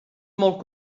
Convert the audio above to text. molt